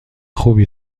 خوبی